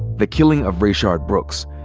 the killing of rayshard brooks,